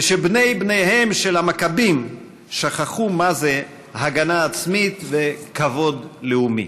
ושבני-בניהם של המכבים שכחו מהם הגנה עצמית וכבוד לאומי.